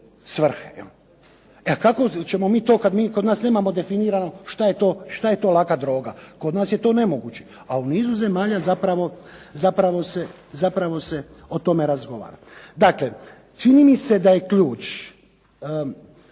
svrhe. Kako ćemo mi to kada mi kod nas nemamo definirano što je to laka droga? Kod nas je to nemoguće. A u nizu zemalja zapravo se o tome razgovara. Dakle, čini mi se da je ključ